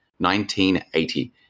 1980